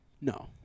No